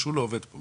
משהו לא עובד פה,